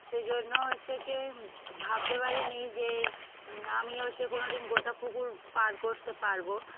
সেই জন্য হচ্ছে গিয়ে ভাবতে পারিনি যে আমিও হচ্ছে কোনো দিন গোটা পুকুর পার করতে পারবো